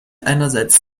einerseits